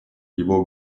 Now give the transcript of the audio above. его